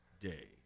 Day